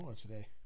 today